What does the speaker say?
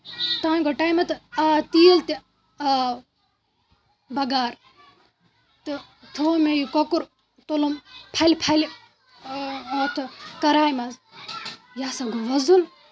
تام گوٚو ٹایمہٕ تہٕ آو تیٖل تہِ آو بگار تہٕ تھوٚو مےٚ یہِ کۄکُر توٚلُم پھَلہِ پھَلہِ اَتھٕ کَرایہِ منٛز یہِ ہسا گوٚو وَزُل